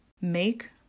Make